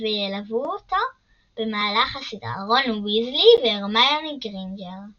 וילוו אותו במהלך הסדרה רון ויזלי והרמיוני גריינג'ר.